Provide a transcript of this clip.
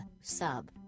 sub